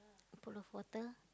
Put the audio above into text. pool of water